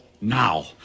now